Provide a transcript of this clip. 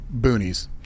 boonies